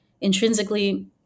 Intrinsically